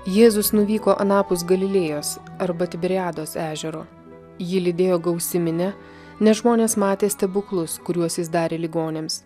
jėzus nuvyko anapus galilėjos arba tiberiados ežero jį lydėjo gausi minia nes žmonės matė stebuklus kuriuos jis darė ligoniams